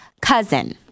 cousin